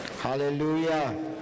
Hallelujah